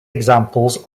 examples